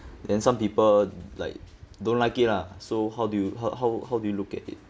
then some people like don't like it lah so how do you how how how do you look at it